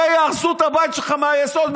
הרי יהרסו את הבית שלך מהיסוד,